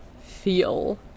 feel